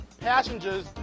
passengers